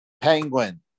penguin